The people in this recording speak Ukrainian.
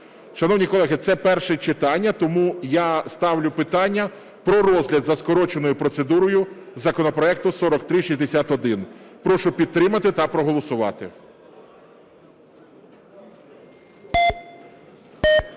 Шановні колеги, це перше читання, тому я ставлю питання про розгляд за скороченою процедурою законопроекту 4361. Прошу підтримати та проголосувати.